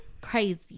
Crazy